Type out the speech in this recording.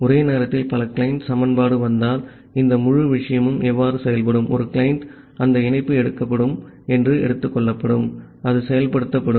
ஆகவே ஒரே நேரத்தில் பல கிளையன்ட் சமன்பாடு வந்தால் இந்த முழு விஷயமும் எவ்வாறு செயல்படும் ஒரு கிளையன்ட் அந்த இணைப்பு எடுக்கப்படும் என்று எடுத்துக் கொள்ளப்படும் அது செயல்படுத்தப்படும்